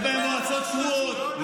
שיש בהן מועצות קבועות.